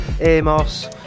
Amos